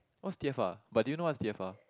what's t_f_r but do you know what's t_f_r